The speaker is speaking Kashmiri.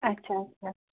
اچھا اچھا